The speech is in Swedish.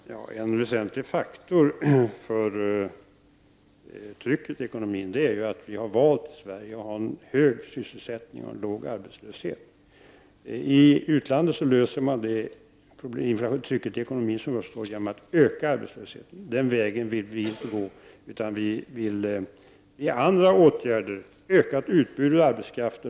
Fru talman! En väsentlig faktor när det gäller trycket i ekonomin är att vi i Sverige har valt att ha en hög sysselsättning och en låg arbetslöshet. I utlandet lättar man det tryck som uppstår i ekonomin genom att öka arbetslösheten. Den vägen vill vi inte gå, utan vi vill genomföra andra åtgärder och öka utbudet av arbetskraft.